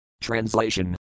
Translation